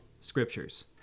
scriptures